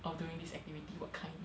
of doing this activity what kind